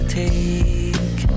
take